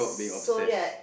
so ya